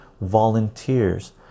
volunteers